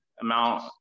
amount